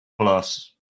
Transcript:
plus